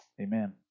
Amen